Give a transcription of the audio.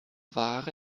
war